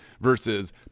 versus